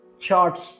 charts